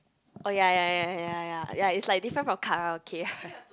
oh yea yea yea yea yea yea is like different from karaoke